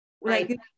right